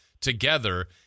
together